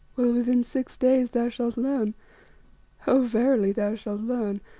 within six days thou shalt learn oh! verily thou shalt learn,